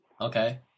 Okay